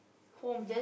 home